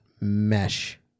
mesh